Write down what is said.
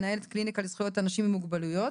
מנהלת קליניקה לזכויות אנשים עם מוגבלויות,